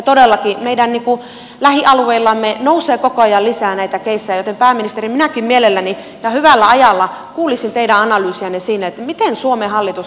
ja todellakin meidän lähialueillamme nousee koko ajan lisää näitä keissejä joten pääministeri minäkin mielelläni ja hyvällä ajalla kuulisin teidän analyysiänne siitä miten suomen hallitus tämän sektorin nyt näkee